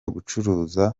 gucuruza